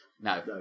No